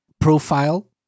profile